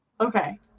Okay